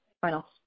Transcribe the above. final